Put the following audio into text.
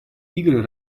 игры